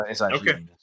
Okay